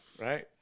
right